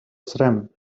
srem